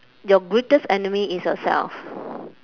your greatest enemy is yourself